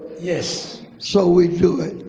yes. so we do it,